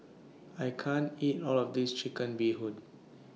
I can't eat All of This Chicken Bee Hoon